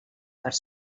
part